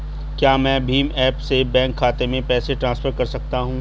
क्या मैं भीम ऐप से बैंक खाते में पैसे ट्रांसफर कर सकता हूँ?